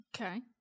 Okay